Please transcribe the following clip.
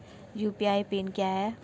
UPI pin क्या है?